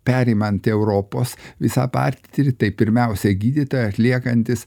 perimant europos visą patirtį tai pirmiausia gydytojai atliekantys